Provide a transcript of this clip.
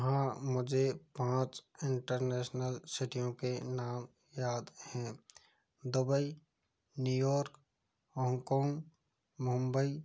हाँ मुझे पाँच इंटरनेशनल सीटियों के नाम याद हैं Dubai New York Hong Kong Mumbai